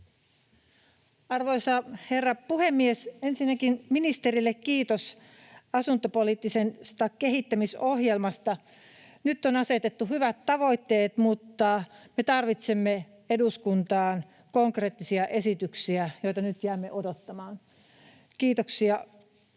Arvoisa herra puhemies! Ensinnäkin ministerille kiitos asuntopoliittisesta kehittämisohjelmasta. Nyt on asetettu hyvät tavoitteet, mutta me tarvitsemme eduskuntaan konkreettisia esityksiä, joita nyt jäämme odottamaan. Kiitoksia